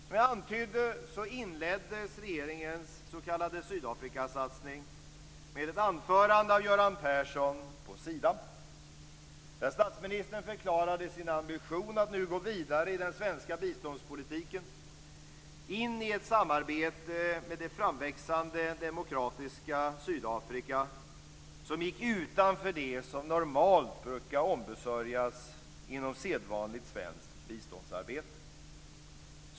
Som jag antydde inleddes regeringens s.k. Sydafrikasatsning med ett anförande av Göran Persson på Sida där statsministern förklarade sin ambition att nu gå vidare i den svenska biståndspolitiken och in i ett samarbete med det framväxande demokratiska Sydafrika som gick utanför det som normalt brukar ombesörjas inom sedvanligt svenskt biståndsarbete.